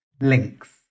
links